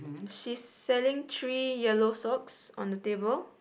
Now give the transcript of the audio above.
she's selling three yellow socks on the table